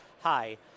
Hi